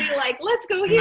like, let's go yeah